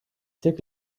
took